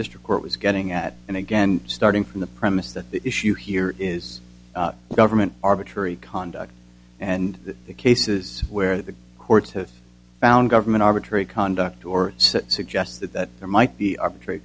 district court was getting at and again starting from the premise that the issue here is government arbitrary conduct and that the cases where the courts have found government arbitrary conduct or suggests that there might be arbitrary